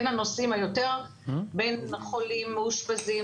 בין חולים מאושפזים,